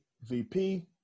VP